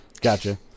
Gotcha